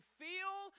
feel